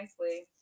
nicely